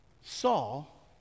Saul